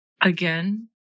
Again